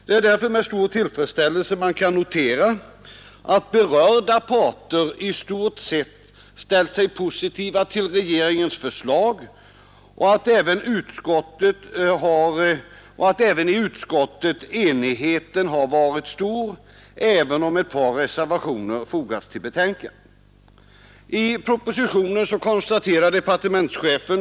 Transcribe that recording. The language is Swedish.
Det är därför med stor tillfredsställelse man kan notera att berörda parter i stort sett ställt sig positiva till regeringens förslag och att enigheten i utskottet har varit stor även om ett par reservationer fogats till betänkandet.